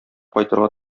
кайтырга